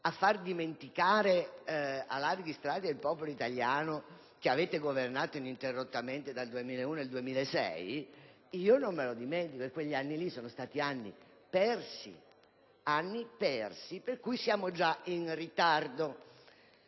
a far dimenticare a larghi strati del popolo italiano che avete governato ininterrottamente dal 2001 al 2006, ma io non lo dimentico: quegli anni sono stati persi e, conseguentemente, siamo già in ritardo.